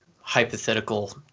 hypothetical